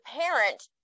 parent